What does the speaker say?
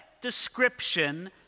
description